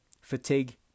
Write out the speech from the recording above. Fatigue